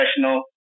professional